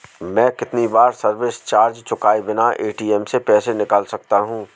मैं कितनी बार सर्विस चार्ज चुकाए बिना ए.टी.एम से पैसे निकाल सकता हूं?